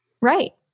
Right